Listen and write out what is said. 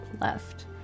left